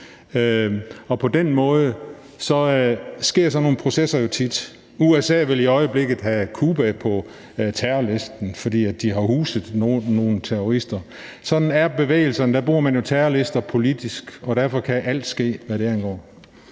på den måde sker sådan nogle processer jo tit. USA vil i øjeblikket have Cuba på terrorlisten, fordi de har huset nogle terrorister. Sådan er bevægelserne, og der bruger man jo terrorlister politisk, og derfor kan alt ske, hvad det angår.